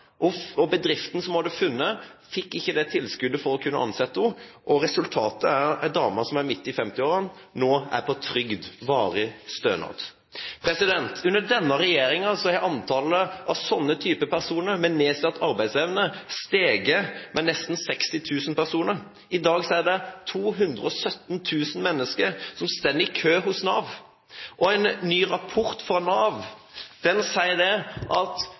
og bedriften som hun hadde funnet, fikk ikke tilskudd for å kunne ansette henne. Resultatet er at en dame midt i 50-årene nå er på trygd, varig stønad. Under denne regjeringen har antallet personer med nedsatt arbeidsevne steget med nesten 60 000. I dag er det 217 000 mennesker som står i kø hos Nav. En ny rapport fra Nav sier at den køen vil fortsette å øke dersom ikke regjeringen setter i verk flere tiltaksplasser. Det vil igjen føre til at